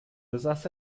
besaß